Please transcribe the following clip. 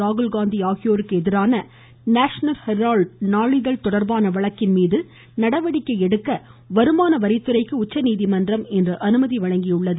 ராகுல் காந்தி ஆகியோருக்கு எதிரான நேஷனல் ஹெரால்டு நாளிதழ் தொடர்பான வழக்கின் மீது நடவடிக்கை எடுக்க வருமான வரித்துறைக்கு உச்சநீதிமன்றம் இன்று அனுமதி வழங்கியுள்ளது